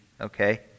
okay